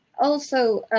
also,